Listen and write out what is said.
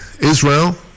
israel